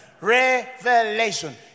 Revelation